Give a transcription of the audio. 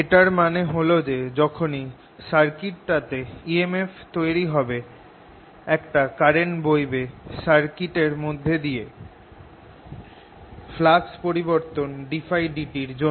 এটার মানে হল যে যখনি সার্কিটটাতে emf তৈরি হবে একটা কারেন্ট বইবে সার্কিট এর মধ্যে দিয়ে ফ্লাক্স পরিবর্তন ddtՓ এর জন্য